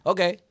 Okay